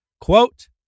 quote